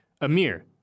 Amir